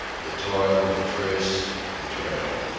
the toil of trace and trail